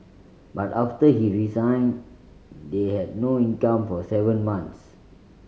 but after he resigned they had no income for seven months